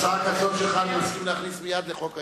הצעה כזאת שלך אני מסכים להכניס מייד לחוק ההסדרים.